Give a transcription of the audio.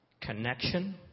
Connection